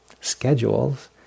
schedules